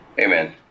Amen